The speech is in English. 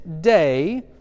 day